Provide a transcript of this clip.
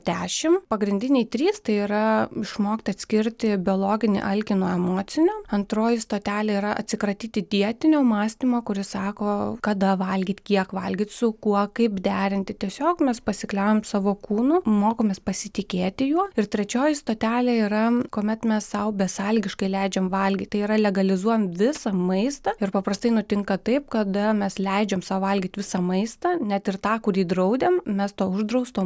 dešim pagrindiniai trys tai yra išmokti atskirti biologinį alkį nuo emocinio antroji stotelė yra atsikratyti dietinio mąstymo kuris sako kada valgyt kiek valgyt su kuo kaip derinti tiesiog mes pasikliaujam savo kūnu mokomės pasitikėti juo ir trečioji stotelė yra kuomet mes sau besąlygiškai leidžiam valgyt tai yra legalizuojam visą maistą ir paprastai nutinka taip kada mes leidžiam sau valgyt visą maistą net ir tą kurį draudėm mes to uždrausto